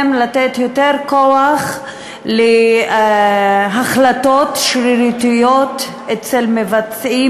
לתת יותר כוח להחלטות שרירותיות אצל מבצעים